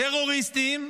טרוריסטים,